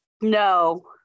No